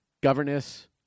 governess